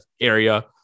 area